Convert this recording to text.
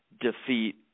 defeat